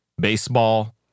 baseball